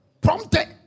Prompted